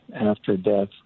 after-death